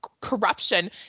corruption